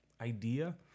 idea